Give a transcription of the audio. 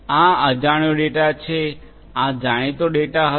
આ અજાણ્યો ડેટા છે આ જાણીતો ડેટા હતો